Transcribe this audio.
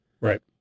Right